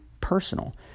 personal